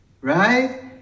right